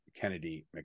kennedy